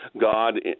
God